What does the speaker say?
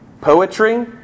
poetry